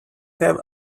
have